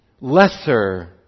lesser